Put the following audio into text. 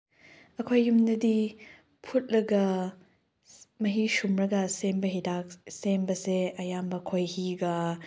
ꯑꯩꯈꯣꯏ ꯌꯨꯝꯗꯗꯤ ꯐꯨꯠꯂꯒ ꯃꯍꯤ ꯁꯨꯝꯂꯒ ꯁꯦꯝꯕ ꯍꯤꯗꯥꯛ ꯁꯦꯝꯕꯁꯦ ꯑꯌꯥꯝꯕ ꯈꯣꯍꯤꯒ